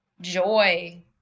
joy